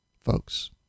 folks